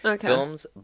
films